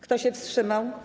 Kto się wstrzymał?